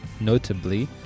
notably